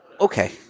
Okay